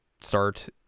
start